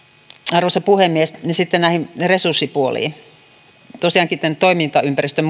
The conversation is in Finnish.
arvoisa puhemies sitten tähän resurssipuoleen tosiaankin tämän toimintaympäristön